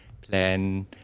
plan